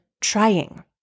trying